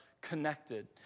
connected